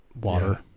water